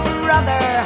brother